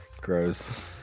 Gross